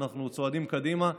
צועדים קדימה.